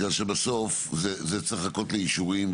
כי בסוף זה צריך לחכות לאישורים.